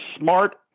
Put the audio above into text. smart